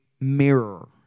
mirror